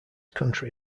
country